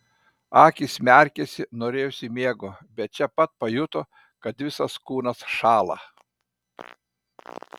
akys merkėsi norėjosi miego bet čia pat pajuto kad visas kūnas šąla